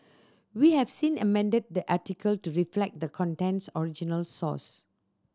we have seen amended the article to reflect the content's original source